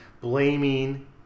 blaming